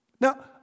Now